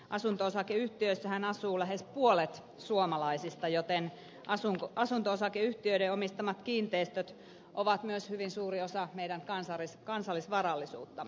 asunto osakeyhtiöissähän asuu lähes puolet suomalaisista joten asunto osakeyhtiöiden omistamat kiinteistöt ovat myös hyvin suuri osa meidän kansallisvarallisuuttamme